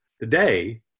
today